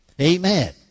Amen